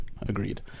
Agreed